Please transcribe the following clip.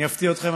אני אפתיע אתכם,